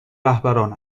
رهبران